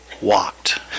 walked